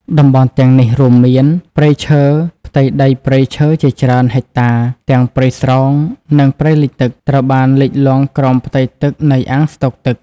តំបន់ទាំងនេះរួមមាន ព្រៃឈើ ផ្ទៃដីព្រៃឈើជាច្រើនហិកតា ទាំងព្រៃស្រោង និងព្រៃលិចទឹក ត្រូវបានលិចលង់ក្រោមផ្ទៃទឹកនៃអាងស្តុកទឹក។